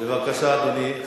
בבקשה, אדוני.